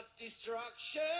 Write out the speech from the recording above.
destruction